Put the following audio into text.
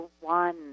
one